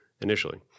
initially